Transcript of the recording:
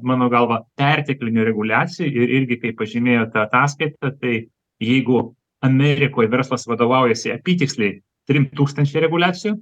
mano galva perteklinių reguliacijų ir irgi kaip pažymėjo ta ataskaita tai jeigu amerikoj verslas vadovaujasi apytiksliai trim tūkstančiai reguliacijų